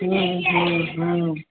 हम्म हम्म हम्म